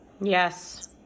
Yes